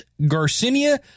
Garcinia